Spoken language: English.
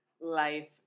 life